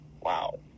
wow